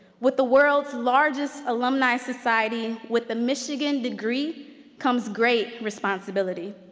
with the world's largest alumni society with the michigan degree comes great responsibility.